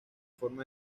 forma